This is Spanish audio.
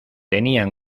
tenía